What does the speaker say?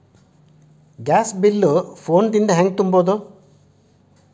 Gas bill phone ದಿಂದ ಹ್ಯಾಂಗ ತುಂಬುವುದು?